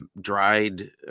dried